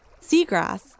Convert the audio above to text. Seagrass